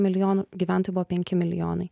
milijonų gyventojų buvo penki milijonai